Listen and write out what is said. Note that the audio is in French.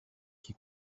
qui